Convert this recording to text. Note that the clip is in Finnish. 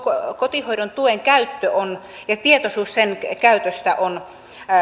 kotihoidon tuen käyttö ja tietoisuus sen käytöstä on